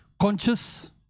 conscious